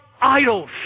idols